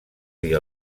dir